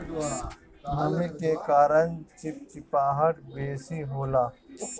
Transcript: नमी के कारण चिपचिपाहट बेसी होला